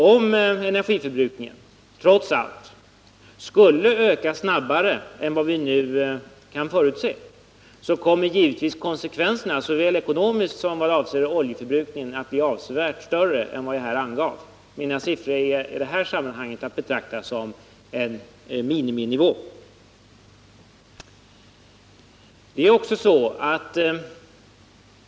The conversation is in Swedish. Om energiförbrukningen trots allt skulle öka snabbare än vad vi nu kan förutse, kommer givetvis konsekvenserna — såväl ekonomiskt som vad avser oljeförbrukningen — att bli avsevärt större än vad jag här angav. Mina uppgifter i detta sammanhang är att betrakta som siffror för miniminivån.